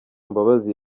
mbabazi